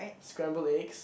scramble eggs